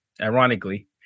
ironically